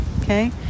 Okay